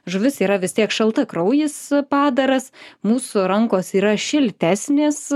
žuvis yra vis tiek šaltakraujis padaras mūsų rankos yra šiltesnės